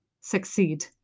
succeed